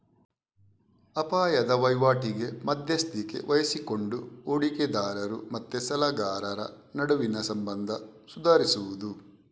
ಅಪಾಯದ ವೈವಾಟಿಗೆ ಮಧ್ಯಸ್ಥಿಕೆ ವಹಿಸಿಕೊಂಡು ಹೂಡಿಕೆದಾರರು ಮತ್ತೆ ಸಾಲಗಾರರ ನಡುವಿನ ಸಂಬಂಧ ಸುಧಾರಿಸುದು